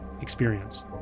experience